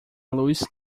luz